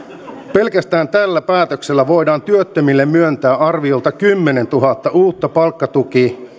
pelkästään tällä päätöksellä voidaan työttömille myöntää arviolta kymmenentuhatta uutta palkkatuki